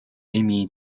émis